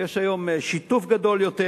יש היום שיתוף גדול יותר,